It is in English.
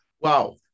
Wow